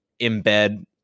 embed